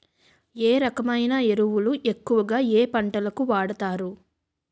ఏ రకమైన ఎరువులు ఎక్కువుగా ఏ పంటలకు వాడతారు?